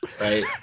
right